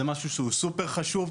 זה משהו שהוא סופר חשוב.